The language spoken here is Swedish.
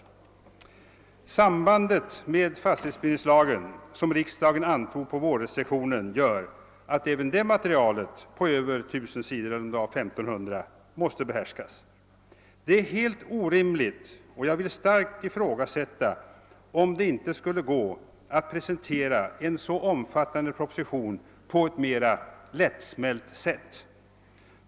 Och sambandet med fastighetsbildningslagen, som riksdagen antog under vårsessionen, gör att även det materialet på 1 000—1 500 sidor måste behärskas. Detta är helt orimligt. Jag vill starkt ifrågasätta, om det inte skulle gå att presentera en så omfattande proposition på ett mera lättsmält sätt.